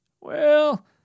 Well